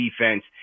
defense